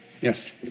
Yes